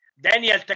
Daniel